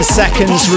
seconds